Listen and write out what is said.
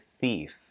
thief